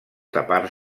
tapar